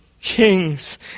kings